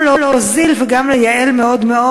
גם להוזיל וגם לייעל מאוד מאוד.